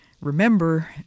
remember